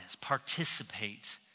participate